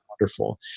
wonderful